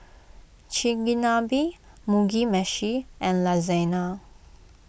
Chigenabe Mugi Meshi and Lasagna